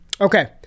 okay